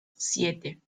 siete